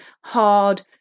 hard